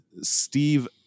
Steve